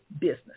business